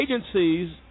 agencies